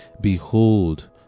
Behold